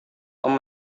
tom